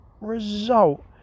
result